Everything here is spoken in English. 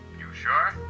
you sure?